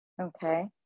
Okay